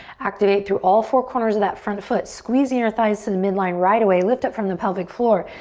activate through all four corners of that front foot. squeeze the inner thighs to the midline right away. lift up from the pelvic floor.